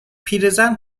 پیرزن